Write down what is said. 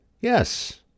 yes